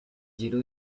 giro